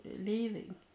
leaving